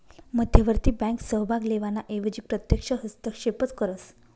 मध्यवर्ती बँक सहभाग लेवाना एवजी प्रत्यक्ष हस्तक्षेपच करस